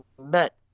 met